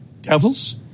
devils